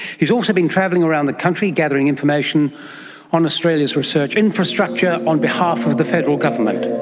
he has also been travelling around the country gathering information on australia's research infrastructure on behalf of the federal government.